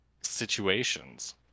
situations